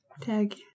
tag